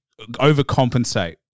overcompensate